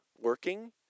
working